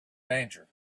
danger